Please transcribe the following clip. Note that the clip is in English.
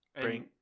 Bring